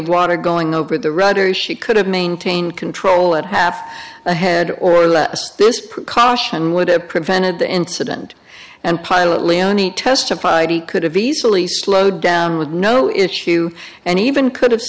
of water going over the rudder she could have maintained control at half ahead or less this precaution would have prevented the incident and pilot leoni testified he could have easily slowed down with no issue and even could have